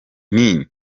nti